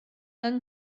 yng